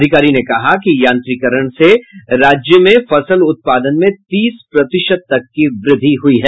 अधिकारी ने कहा कि यांत्रिकीकरण से राज्य में फसल उत्पादन में तीस प्रतिशत तक की वृद्धि हुयी है